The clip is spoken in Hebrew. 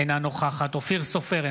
אינה נוכחת אופיר סופר,